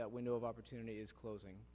that window of opportunity is closing